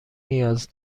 نیاز